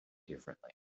differently